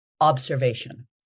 observation